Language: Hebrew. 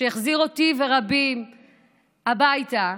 שהחזיר אותי ורבים הביתה,